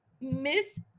Miss